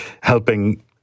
helping